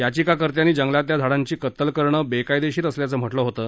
याचिकाकर्त्यांनी जंगलातल्या झाडांची कत्तल करणं बेकायदेशीर असल्यांचं म्हटलं होतं